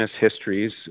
histories